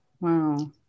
Wow